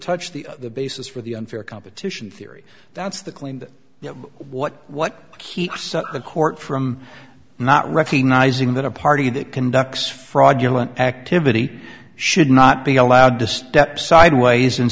touch the the basis for the unfair competition theory that's the claim that you know what what keeps the court from not recognizing that a party that conducts fraudulent activity should not be allowed to step sideways and